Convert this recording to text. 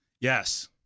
Yes